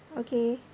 okay